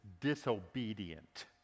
disobedient